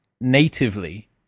natively